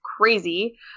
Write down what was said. crazy